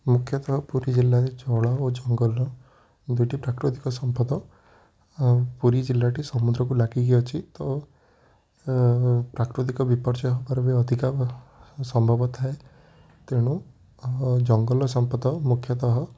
ମୁଖ୍ୟତଃ ପୁରୀ ଜିଲ୍ଲାରେ ଜଳ ଓ ଜଙ୍ଗଲ ଦୁଇଟି ପ୍ରାକୃତିକ ସମ୍ପଦ ଆଉ ପୁରୀ ଜିଲ୍ଲାଟି ସମୁଦ୍ରକୁ ଲାଗିକି ଅଛି ତ ପ୍ରାକୃତିକ ବିପର୍ଯ୍ୟୟ ହେବାର ବି ଅଧିକା ସମ୍ଭବ ଥାଏ ତେଣୁ ଜଙ୍ଗଲ ସମ୍ପଦ ମୁଖ୍ୟତଃ